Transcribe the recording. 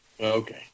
Okay